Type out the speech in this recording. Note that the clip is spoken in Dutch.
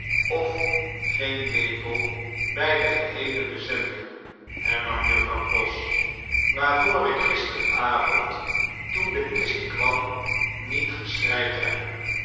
of geen lepel bij de geheele bezending hernam juffrouw pross waarvoor ik gisteravond toen de kist kwam niet geschreid heb